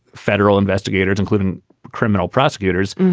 federal investigators, including criminal prosecutors,